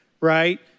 right